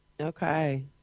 Okay